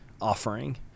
offering